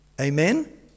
Amen